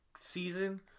season